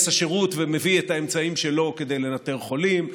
השירות ומביא את האמצעים שלו כדי לנטר חולים,